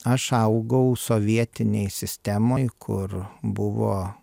aš augau sovietinėj sistemoj kur buvo